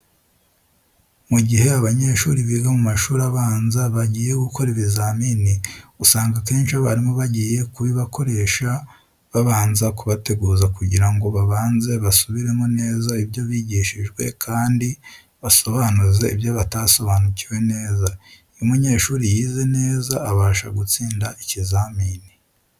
Mu gihe abanyeshuri biga mu mashuri abanza bagiye gukora ibizamini, usanga akenshi abarimu bagiye kubibakoresha babanza kubateguza kugira ngo babanze basubiremo neza ibyo bigishijwe kandi basobanuze ibyo batasobanukiwe neza. Iyo umunyeshuri yize neza abasha gutsinda ikizamini.